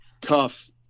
tough